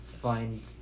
find